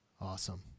Awesome